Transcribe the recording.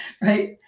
Right